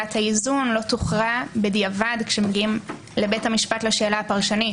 ששאלת האיזון לא תוכרע בדיעבד כשמגיעים לבית המשפט לשאלה הפרשנית,